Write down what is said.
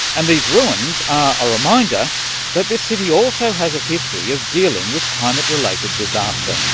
and these ruins are a reminder that this city also has a history of dealing with climate-related disaster.